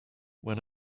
when